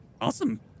awesome